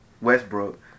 Westbrook